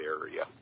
area